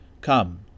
Come